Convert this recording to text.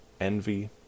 envy